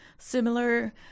similar